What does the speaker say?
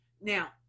Now